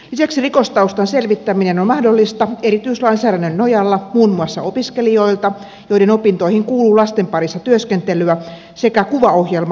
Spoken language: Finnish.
lisäksi rikostaustan selvittäminen on mahdollista erityislainsäädännön nojalla muun muassa opiskelijoilta joiden opintoihin kuuluu lasten parissa työskentelyä sekä kuvaohjelmaluokittelijoilta